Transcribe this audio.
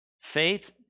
Faith